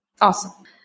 Awesome